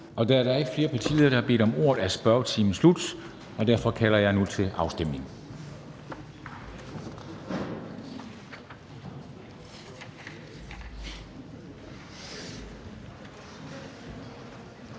Da der ikke er flere partiledere, der har bedt om ordet, er spørgetimen slut, og derfor kalder jeg nu til afstemning.